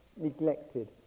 neglected